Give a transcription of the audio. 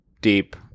deep